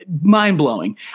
mind-blowing